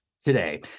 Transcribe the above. today